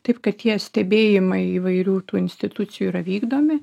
taip kad tie stebėjimai įvairių tų institucijų yra vykdomi